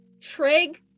trig